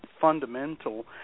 fundamental